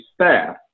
staff